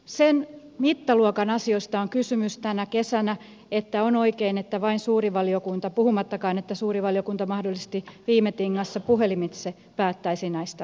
sen mittaluokan asioista on kysymys tänä kesänä että ei ole oikein että vain suuri valiokunta päättäisi näistä asioista puhumattakaan että suuri valiokunta mahdollisesti viime tingassa puhelimitse päättäisi näistä asioista